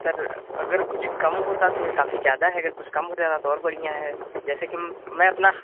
sir अगर कुछ कम होता तो यह काफ़ी ज़्यादा है अगर कुछ कम हो जाता है तो और बढ़िया है जैसे कि मैं अपना